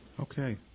Okay